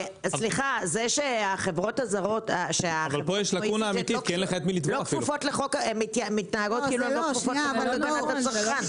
זה שהחברות הזרות מתנהגות כאילו הן לא כפופות לחוק להגנת הצרכן,